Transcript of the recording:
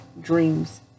dreams